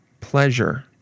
pleasure